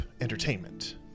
entertainment